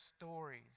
stories